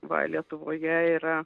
va lietuvoje yra